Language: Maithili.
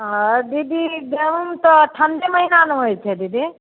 हाँ दीदी गहुम तऽ ठण्डे महीना ने होइ छै दीदी